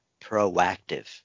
proactive